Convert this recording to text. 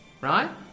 right